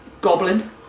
goblin